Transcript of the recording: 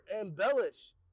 embellish